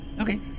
Okay